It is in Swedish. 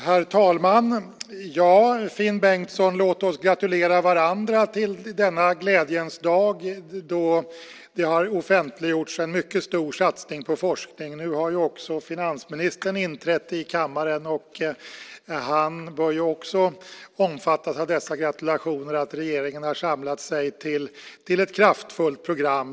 Herr talman! Låt oss gratulera varandra, Finn Bengtsson, denna glädjens dag, då en mycket stor satsning på forskning har offentliggjorts. Nu har också finansministern inträtt i kammaren, och han bör också omfattas av dessa gratulationer. Regeringen har samlat sig till ett kraftfullt program.